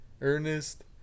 Ernest